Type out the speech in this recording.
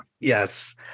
Yes